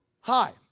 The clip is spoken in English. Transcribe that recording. hi